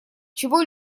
чего